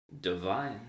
Divine